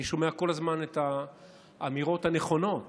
אני שומע כל הזמן את האמירות הנכונות